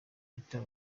peter